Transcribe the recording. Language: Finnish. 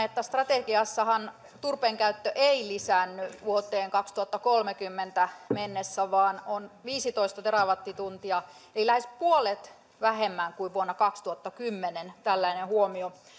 että strategiassahan turpeenkäyttö ei lisäänny vuoteen kaksituhattakolmekymmentä mennessä vaan on viisitoista terawattituntia eli lähes puolet vähemmän kuin vuonna kaksituhattakymmenen tällainen huomio